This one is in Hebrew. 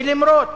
ולמרות